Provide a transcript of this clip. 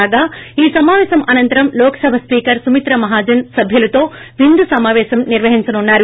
కాగా ఈ సమాపేశం అనంతరం లోక్సభ స్పీకర్ సుమిత్రా మహాజన్ సభ్యులతో విందు సమాపేశం నిర్వహించనున్నారు